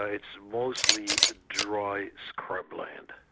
it's mostly dry scrubland.